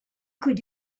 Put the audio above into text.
could